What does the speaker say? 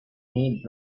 need